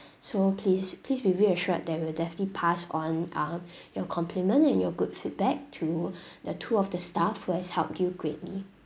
so please please be reassured that we'll definitely pass on um your complement and your good feedback to the two of the staff who has helped you greatly